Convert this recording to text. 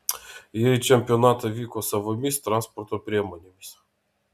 jie į čempionatą vyko savomis transporto priemonėmis